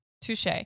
Touche